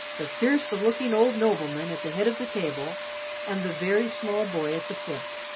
the fierce-looking old nobleman at the head of the table and the very small boy at the foot.